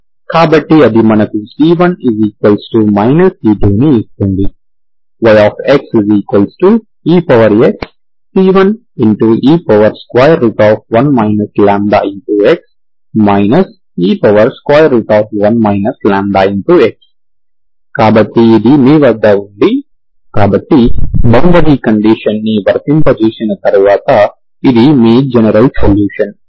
కాబట్టి అది మనకు c1 c2 ని ఇస్తుంది yxexc1e1 λx e1 λx కాబట్టి ఇది మీ వద్ద ఉంది కాబట్టి బౌండరీ కండీషన్ ని వర్తింపజేసిన తర్వాత ఇది మీ జనరల్ సొల్యూషన్